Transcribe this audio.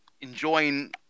enjoying